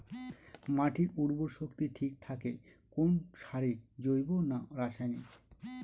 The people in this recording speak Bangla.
মাটির উর্বর শক্তি ঠিক থাকে কোন সারে জৈব না রাসায়নিক?